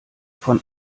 von